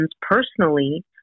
personally